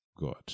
God